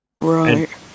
Right